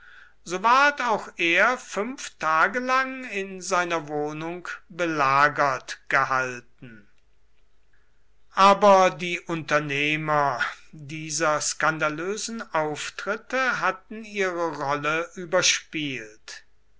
so ward auch er fünf tage lang in seiner wohnung belagert gehalten aber die unternehmer dieser skandalösen auftritte hatten ihre rolle überspielt